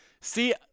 See